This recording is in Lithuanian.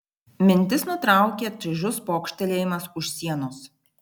mintis nutraukė čaižus pokštelėjimas už sienos